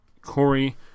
Corey